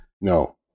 no